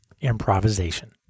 improvisation